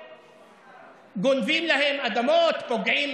שגונבים להם אדמות, פוגעים